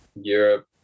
Europe